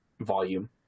volume